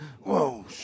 Whoa